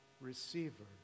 receiver